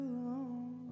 alone